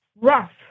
rough